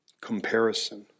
comparison